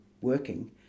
working